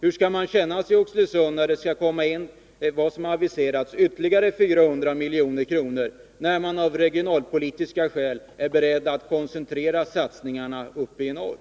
Hur skall man känna sig i Oxelösund när det enligt vad som har aviserats skall satsas ytterligare 400 miljoner, men regeringen av regionalpolitiska skäl är beredd att koncentrera satsningarna på verken uppe i norr?